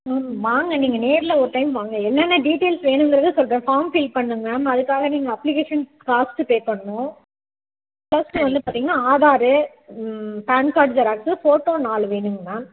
ma'am வாங்க நீங்கள் நேரில் ஒரு டைம் வாங்க என்னென்ன டீட்டெயில்ஸ் வேணுங்கிறத சொல்கிறேன் ஃபார்ம் ஃபில் பண்ணுங்கள் மேம் அதுக்காக நீங்கள் அப்ளிகேஷன் காஸ்ட்டு பே பண்ணணும் ஃபஸ்ட்டு வந்து பார்த்தீங்கன்னா ஆதாரு ம் பேன் கார்ட் ஜெராக்ஸு ஃபோட்டோ நாலு வேணுங்க மேம்